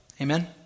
Amen